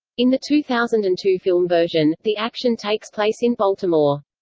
in the two thousand and two film version, the action takes place in baltimore.